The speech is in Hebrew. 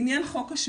לעניין חוק השבות,